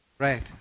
Right